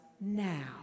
now